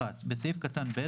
(1)בסעיף קטן (ב),